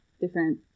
different